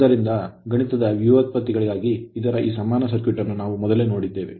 ಆದ್ದರಿಂದ ಗಣಿತದ ವ್ಯುತ್ಪತ್ತಿಗಳಿಗಾಗಿ ಇದರ ಈ ಸಮಾನ ಸರ್ಕ್ಯೂಟ್ ಅನ್ನು ನಾವು ಮೊದಲೇ ನೋಡಿದ್ದೇವೆ